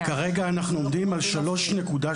כרגע אנחנו עומדים על 3.3,